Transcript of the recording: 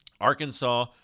Arkansas